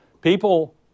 People